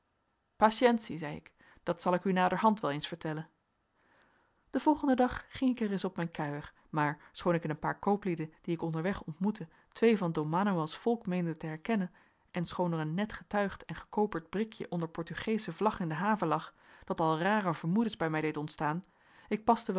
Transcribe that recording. zei ik dat zal ik u naderhand wel eens vertellen den volgenden dag ging ik ereis op mijn kuier maar schoon ik in een paar kooplieden die ik onderweg ontmoette twee van don manoëls volk meende te herkennen en schoon er een net getuigd en gekoperd brikje onder portugeesche vlag in de haven lag dat al rare vermoedens bij mij deed ontstaan ik paste